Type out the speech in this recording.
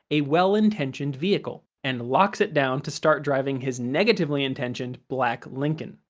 a well-intentioned vehicle, and locks it down to start driving his negatively-intentioned black lincoln.